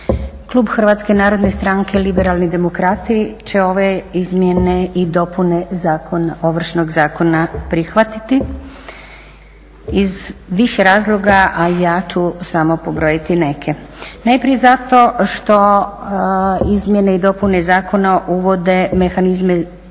klub HNS-a liberalnih demokrati će ove izmjene i dopune zakona, Ovršnog zakona prihvatiti iz više razloga a ja ću samo pobrojiti neke. Najprije zato što izmjene i dopune zakona uvode mehanizme,